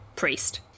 priest